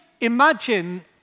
imagine